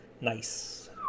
Nice